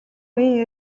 үеийн